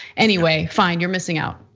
anyway, fine, you're missing out.